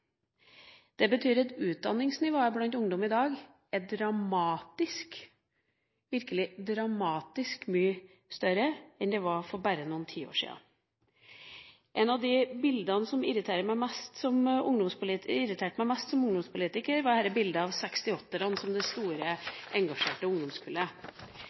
det i dag 1 075 elever. Det betyr at utdanningsnivået blant ungdom i dag er dramatisk – virkelig dramatisk – høyrere enn det var for bare noen tiår siden. Et av de bildene som irriterte meg mest som ungdomspolitiker, var bildet av 68-erne som